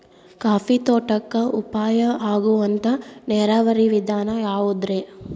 Coffee ತೋಟಕ್ಕ ಉಪಾಯ ಆಗುವಂತ ನೇರಾವರಿ ವಿಧಾನ ಯಾವುದ್ರೇ?